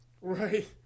Right